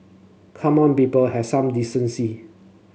come on people have some decency